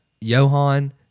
johan